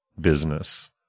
business